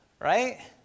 Right